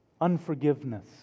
Unforgiveness